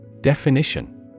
Definition